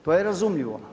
To je razumljivo.